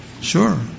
Sure